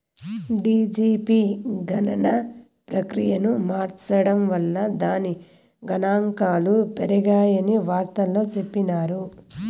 GDP గణన ప్రక్రియను మార్సడం వల్ల దాని గనాంకాలు పెరిగాయని వార్తల్లో చెప్పిన్నారు